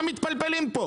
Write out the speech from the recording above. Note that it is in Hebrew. מה מתפלפלים פה?